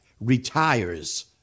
retires